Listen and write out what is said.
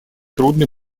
трудный